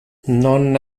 non